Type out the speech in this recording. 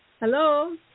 Hello